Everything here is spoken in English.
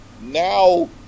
now